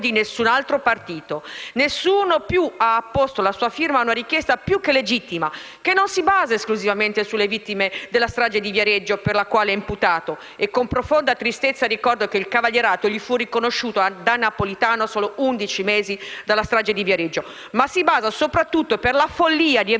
di nessun altro partito. Nessuno più ha apposto la sua firma a una richiesta più che legittima, che non si basa esclusivamente sulle vittime della strage di Viareggio, per la quale Moretti è imputato - con profonda tristezza ricordo che il cavalierato fu riconosciuto da Napolitano a soli undici mesi dalla strage di Viareggio - ma soprattutto per la follia di aver